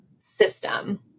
system